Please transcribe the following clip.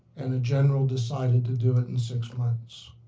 and the general decided to do it in six months.